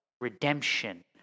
Redemption